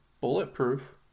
bulletproof